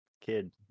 kid